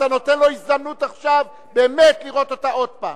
אתה נותן לו הזדמנות עכשיו באמת לראות אותה עוד פעם.